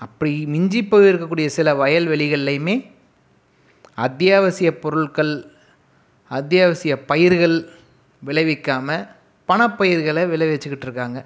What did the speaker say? அப்படி மிஞ்சிப் போயிருக்கக்கூடிய சில வயல்வெளிகள்லையுமே அத்தியாவசிய பொருட்கள் அத்தியாவசிய பயிர்கள் விளைவிக்காமல் பணப்பயிர்களை விளைவிச்சுக்கிட்டுருக்காங்க